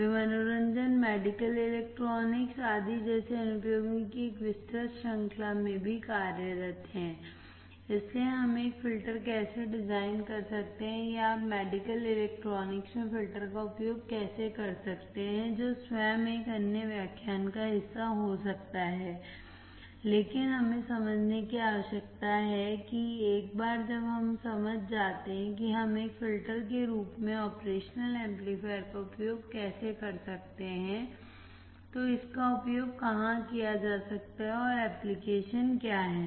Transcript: वे मनोरंजन medical electronics आदि जैसे अनुप्रयोगों की एक विस्तृत श्रृंखला में भी कार्यरत हैं इसलिए हम एक फ़िल्टर कैसे डिज़ाइन कर सकते हैं या आप मेडिकल इलेक्ट्रॉनिक्स में फ़िल्टर का उपयोग कैसे कर सकते हैं जो स्वयं एक अन्य व्याख्यान का हिस्सा हो सकता है लेकिन हमें समझने की आवश्यकता है एक बार जब हम समझ जाते हैं कि हम एक फिल्टर के रूप में ऑपरेशनल एमप्लीफायर का उपयोग कैसे कर सकते हैं तो इसका उपयोग कहां किया जा सकता है और एप्लिकेशन क्या हैं